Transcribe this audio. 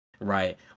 right